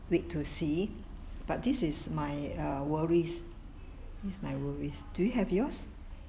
wait to see but this is my uh worries is my worries do you have yours